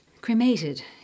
Cremated